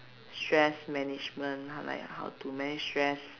stress management h~ like how to manage stress